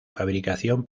fabricación